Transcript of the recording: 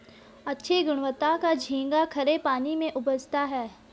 अच्छे गुणवत्ता का झींगा खरे पानी में उपजता है